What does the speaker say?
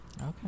Okay